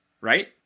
right